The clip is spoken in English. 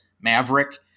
Maverick